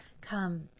Come